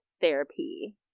therapy